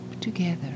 together